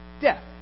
death